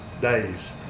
days